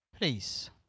please